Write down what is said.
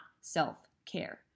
self-care